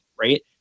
right